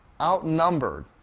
outnumbered